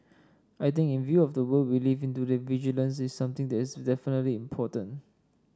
I think in view of the world we live in today vigilance is something that is definitely important